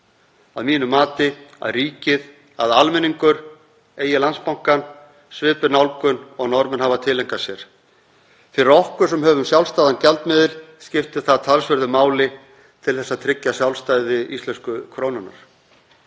að mínu mati, að ríkið, almenningur eigi Landsbanka, svipuð nálgun og Norðmenn hafa tileinkað sér. Fyrir okkur sem höfum sjálfstæðan gjaldmiðil skiptir það talsverðu máli til þess að tryggja sjálfstæði íslensku krónunnar.